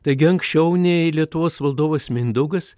taigi anksčiau nei lietuvos valdovas mindaugas